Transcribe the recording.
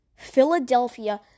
Philadelphia